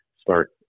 start